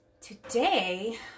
Today